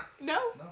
No